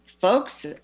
folks